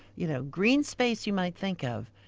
you know green space you might think of,